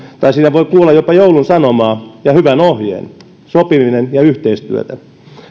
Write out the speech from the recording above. voi kuulla jopa joulun sanomaa ja hyvän ohjeen sopiminen ja yhteistyö